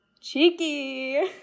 cheeky